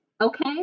okay